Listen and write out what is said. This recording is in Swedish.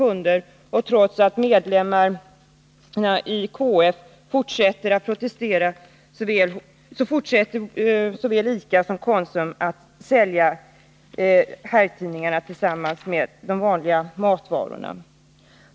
Och trots att medlemmarna i KF fortsätter att protestera fortsätter såväl ICA som Konsum att sälja herrtidningarna tillsammans med det vanliga varusortimentet.